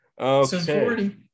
Okay